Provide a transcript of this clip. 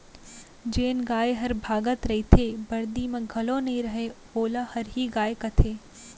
जेन गाय हर भागत रइथे, बरदी म घलौ नइ रहय वोला हरही गाय कथें